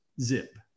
zip